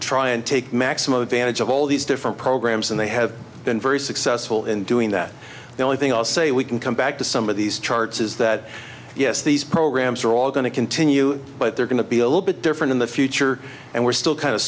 try and take maximum advantage of all these different programs and they have been very successful in doing that the only thing i'll say we can come back to some of these charts is that yes these programs are all going to continue but they're going to be a little bit different in the future and we're still kind of